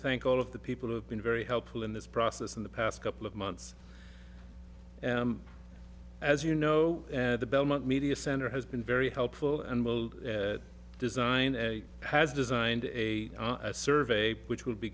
thank all of the people who have been very helpful in this process in the past couple of months as you know the belmont media center has been very helpful and will design has designed a survey which will be